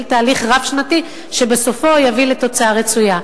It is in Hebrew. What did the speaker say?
תהליך רב-שנתי שבסופו יביא לתוצאה רצויה?